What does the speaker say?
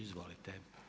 Izvolite.